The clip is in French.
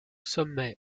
sommet